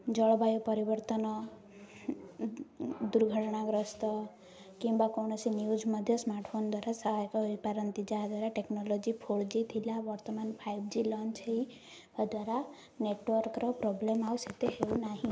ଜଳବାୟୁ ପରିବର୍ତ୍ତନ ଦୁର୍ଘଟଣାଗ୍ରସ୍ତ କିମ୍ବା କୌଣସି ନ୍ୟୁଜ୍ ମଧ୍ୟ ସ୍ମାର୍ଟଫୋନ୍ ଦ୍ୱାରା ସହାୟକ ହେଇପାରନ୍ତି ଯାହାଦ୍ୱାରା ଟେକ୍ନୋଲୋଜି ଫୋର୍ ଜି ଥିଲା ବର୍ତ୍ତମାନ ଫାଇଭ୍ ଲଞ୍ଚ୍ ହେଇ ଦ୍ୱାରା ନେଟୱାର୍କର ପ୍ରୋବ୍ଲେମ୍ ଆଉ ସେତେ ହେଉନାହିଁ